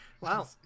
Wow